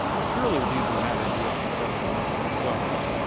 surely these are matters we ought to settle amongst ourselves.